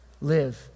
live